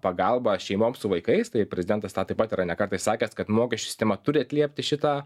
pagalba šeimoms su vaikais tai prezdentas taip pat yra ne kartą išsakęs kad mokesčių sistema turi atliepti šitą